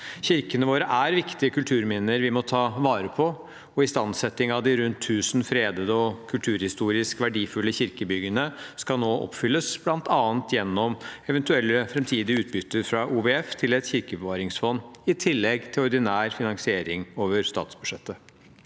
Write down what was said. Kirkene våre er viktige kulturminner vi må ta vare på. Istandsetting av de rundt tusen fredede og kulturhistorisk verdifulle kirkebyggene skal nå oppfylles, bl.a. gjennom eventuelle framtidige utbytter fra OVF til et kirkebevaringsfond, i tillegg til ordinær finansiering over statsbudsjettet.